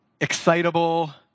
excitable